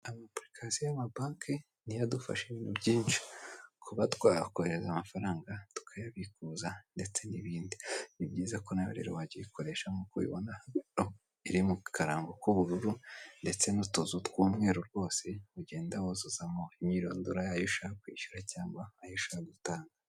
Apurikasiyo y'amabanke niyo adufasha ibintu byinsi, kuba twakohereza amafaranga, tukayabikuza ndetse n'ibindi, ni byiza rero nawe wajya uyikoreha nk'uko ubibona, iri mu karango k'ubururu ndetse n'utuzu tw'umweru rwose, ugenda wuzuzamo imyirondoro, y'ayo ushaka kwishyura, cyangwa ayo ushaka gutanga.